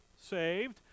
saved